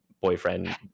boyfriend